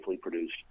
produced